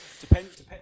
Depends